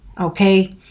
Okay